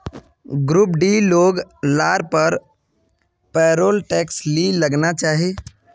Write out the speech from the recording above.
group डीर लोग लार पर पेरोल टैक्स नी लगना चाहि